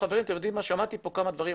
חברים אתם יודעים שמעתי פה כמה דברים,